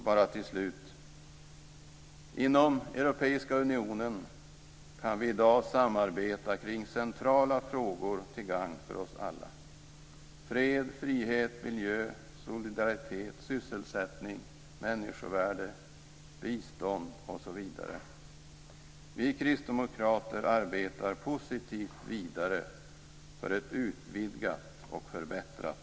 Bara till slut, inom Europeiska unionen kan vi i dag samarbeta kring centrala frågor till gagn för oss alla: fred, frihet, miljö, solidaritet, sysselsättning, människovärde, bistånd osv. Vi kristdemokrater arbetar positivt vidare för ett utvidgat och förbättrat